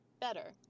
better